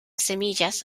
semillas